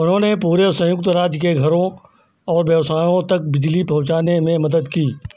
उन्होंने पूरे संयुक्त राज्य के घरों और व्यवसायों तक बिजली पहुँचाने में मदद की